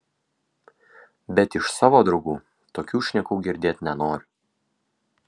bet iš savo draugų tokių šnekų girdėt nenoriu